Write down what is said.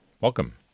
Welcome